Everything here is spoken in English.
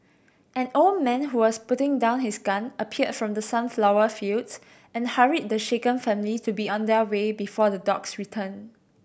an old man who was putting down his gun appeared from the sunflower fields and hurried the shaken family to be on their way before the dogs return